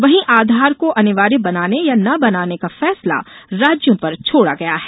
वहीं आधार को अनिवार्य बनाने या न बनाने का फैसला राज्यों पर छोड़ा गया है